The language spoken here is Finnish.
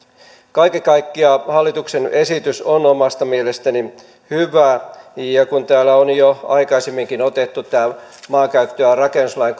kaiken kaikkiaan hallituksen esitys on omasta mielestäni hyvä ja kun täällä on jo aikaisemmin otettu tämä maankäyttö ja rakennuslain